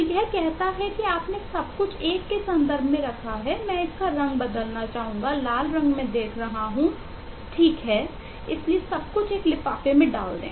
तो यह कहता है कि आपने सब कुछ एक के संदर्भ में रखा है मैं इस का रंग बदलना चाहूंगा लाल रंग में देख रहा हूं ठीक है इसलिए सब कुछ एक लिफाफे में डाल दे